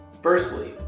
Firstly